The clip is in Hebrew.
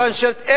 השאלה הנשאלת,